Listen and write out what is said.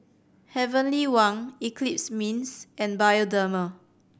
Heavenly Wang Eclipse Mints and Bioderma